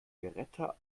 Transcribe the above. beretta